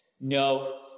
no